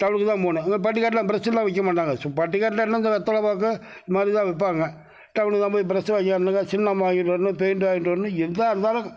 டவுனுக்கு தான் போகணும் அங்கே பட்டிக்காட்டில் பிரஷ் எல்லாம் விற்கமாட்டாங்க பட்டிக்காட்டில் என்ன இந்த வெற்றிலப்பாக்கு இதுமாதிரி தான் விற்பாங்க டவுனுக்குதான் போய் பிரஷ் வாங்கிவரணுங்க சுண்ணாம்பு வாங்கிகிட்டு வரணும் பெயிண்ட்டு வாங்கிகிட்டு வரணும் எதாக இருந்தாலும்